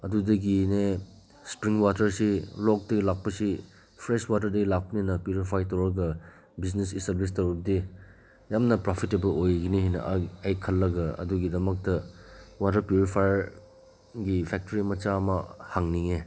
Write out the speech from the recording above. ꯑꯗꯨꯗꯒꯤꯅꯦ ꯏꯁꯄ꯭ꯔꯤꯡ ꯋꯥꯇꯔꯁꯤ ꯂꯣꯛꯇꯒꯤ ꯂꯥꯛꯄꯁꯤ ꯐ꯭ꯔꯦꯁ ꯋꯥꯇꯔꯗꯒꯤ ꯂꯥꯛꯄꯅꯤꯅ ꯄ꯭ꯌꯨꯔꯤꯐꯥꯏ ꯇꯧꯔꯒ ꯕꯤꯖꯤꯅꯦꯁ ꯏꯁꯇꯥꯕ꯭ꯂꯤꯁ ꯇꯧꯔꯗꯤ ꯌꯥꯝꯅ ꯄ꯭ꯔꯣꯐꯤꯇꯦꯕꯜ ꯑꯣꯏꯒꯅꯤ ꯍꯥꯏꯅ ꯑꯩ ꯑꯩ ꯈꯜꯂꯒ ꯑꯗꯨꯒꯤꯗꯃꯛꯇ ꯋꯥꯇꯔ ꯄ꯭ꯌꯨꯔꯤꯐꯥꯏꯌꯔꯒꯤ ꯐꯦꯛꯇꯔꯤ ꯃꯆꯥ ꯑꯃ ꯍꯥꯡꯅꯤꯡꯉꯦ